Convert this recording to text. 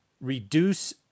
reduce